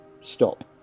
stop